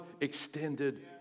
extended